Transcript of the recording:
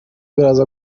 biraza